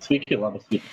sveiki labas rytas